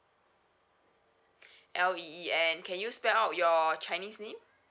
L E E and can you spell out your chinese name